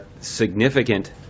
significant